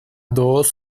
dos